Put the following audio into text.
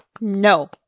No